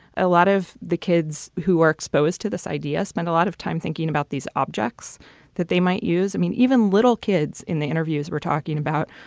a lot of the kids who are exposed to this idea spend a lot of time thinking about these objects that they might use. i mean, even little kids in the interviews we're talking about,